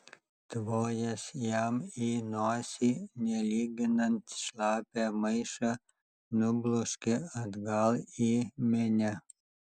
tvojęs jam į nosį nelyginant šlapią maišą nubloškė atgal į minią